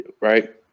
right